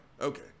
Okay